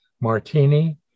Martini